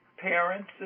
parents